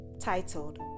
titled